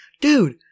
dude